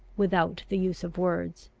without the use of words.